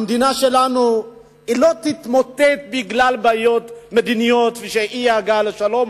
המדינה שלנו לא תתמוטט בגלל בעיות מדיניות של אי-הגעה לשלום,